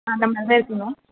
ஆ அந்தமாதிரி தான் இருக்கணும்